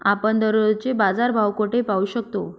आपण दररोजचे बाजारभाव कोठे पाहू शकतो?